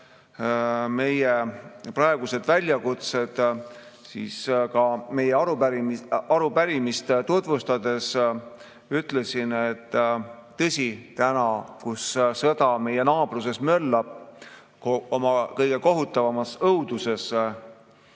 meie praegused väljakutsed, siis ma ka meie arupärimist tutvustades ütlesin, et täna, kui sõda meie naabruses möllab oma kõige kohutavamas õuduses,